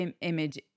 image